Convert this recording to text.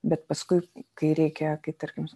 bet paskui kai reikia kai tarkim